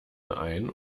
ein